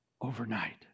overnight